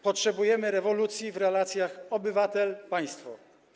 Potrzebujemy rewolucji w relacjach obywatel - państwo.